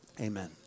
Amen